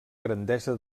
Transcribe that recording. grandesa